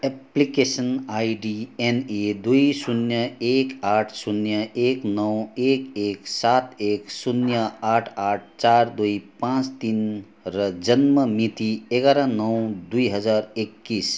application ID NA दुई शून्य एक आठ शून्य एक नौ एक एक सात एक शून्य आठ आठ चार दुई पाँच तिन र जन्म मिति एघार नौ दुई हजार एक्काइस